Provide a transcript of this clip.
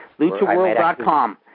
Luchaworld.com